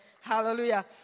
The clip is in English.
Hallelujah